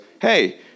hey